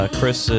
Chris